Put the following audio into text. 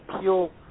peel